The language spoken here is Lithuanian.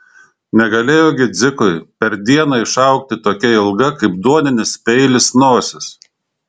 negalėjo gi dzikui per dieną išaugti tokia ilga kaip duoninis peilis nosis